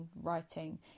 writing